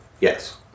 Yes